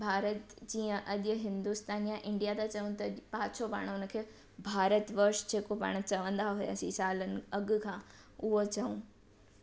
भारत जीअं अॼु हिंदुस्तान या इंडिया था चवनि त पाछो पाण हुनखे भारत वर्ष जेको पाण चवंदा हुआसीं सालनि अॻिए खां उहो चयऊं